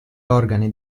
organi